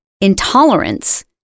intolerance